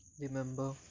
remember